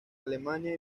alemania